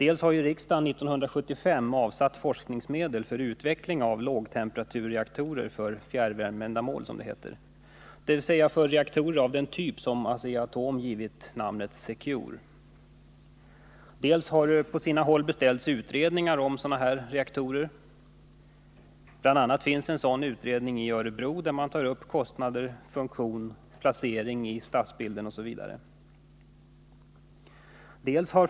1975 avsatte riksdagen forskningsmedel för utveckling av, som det heter, lågtemperaturreaktorer för fjärrvärmeändamål, dvs. reaktorer av den typ som Asea-Atom har givit namnet secure. På sina håll har det beställts utredningar om sådana här reaktorer — bl.a. finns en sådan utredning i Örebro, där man tar upp kostnader, funktion, placering i stadsbilden osv.